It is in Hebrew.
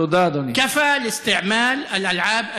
(אומר בערבית: די לשימוש בזיקוקים.